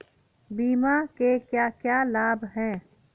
बीमा के क्या क्या लाभ हैं?